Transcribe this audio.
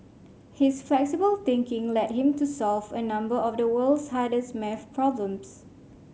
his flexible thinking led him to solve a number of the world's hardest maths problems